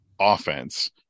offense